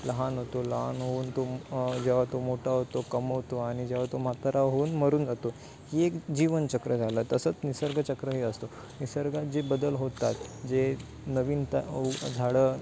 लहान होतो लहान होऊन तो जेव्हा तो मोठा होतो कमवतो आणि जेव्हा तो म्हातारा होऊन मरून जातो ही एक जीवनचक्र झाला तसंच निसर्गचक्रही असतो निसर्गात जे बदल होतात जे नवीन ता झाडं